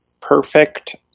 perfect